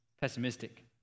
pessimistic